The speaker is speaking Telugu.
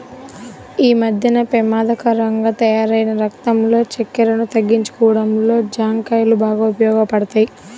యీ మద్దెన పెమాదకరంగా తయ్యారైన రక్తంలో చక్కెరను తగ్గించడంలో జాంకాయలు బాగా ఉపయోగపడతయ్